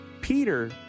Peter